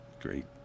Great